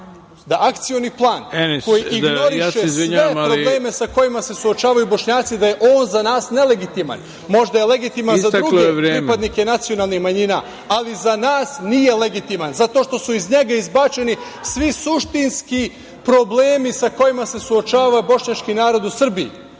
akcioni plan koji ignoriše sve probleme sa kojima se suočavaju Bošnjaci, da je on za nas nelegitiman. Možda je legitiman za druge pripadnike nacionalnih manjina, ali za nas nije legitiman, zato što su iz njega izbačeni svi suštinski problemi sa kojima se suočava Bošnjački narod u Srbiji. Mi